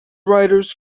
writers